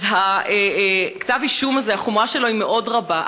אז כתב האישום הזה, החומרה שלו היא מאוד רבה.